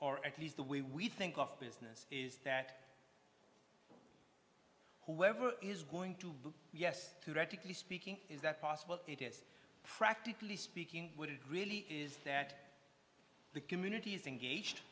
or at least the way we think of business is that whoever is going to yes theoretically speaking is that possible it is practically speaking what it really is that the community is engaged